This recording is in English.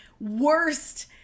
worst